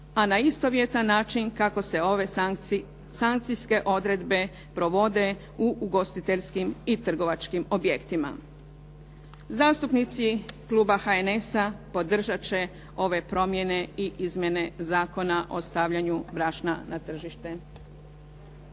a na istovjetan način kako se ove sankcijske odredbe provode u ugostiteljskim i trgovačkim objektima. Zastupnici kluba HNS-a podržat će ove promjene i izmjene Zakona o stavljanju brašna na tržište.